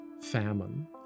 famine